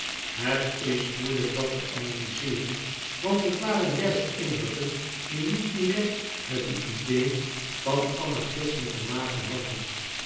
het is moeilijk dat te analyzeeren want het waren juist indrukken die niet direct met de idee van anarchisme te maken hadden